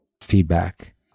feedback